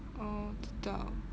oh 知道